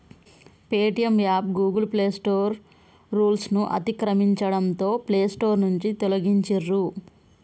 Paytm app Google play store రూల్స్ను అతిక్రమించడంతో play store నుంచి తొలగించిర్రు